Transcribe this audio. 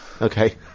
Okay